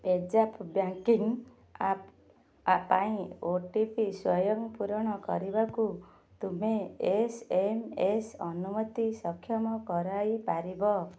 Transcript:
ପେଜାପ୍ banking app ପାଇଁ O T P ସ୍ଵୟଂ ପୂରଣ କରିବାକୁ ତୁମେ ଏସ୍ ଏମ୍ ଏସ୍ ଅନୁମତି ସକ୍ଷମ କରାଇପାରିବ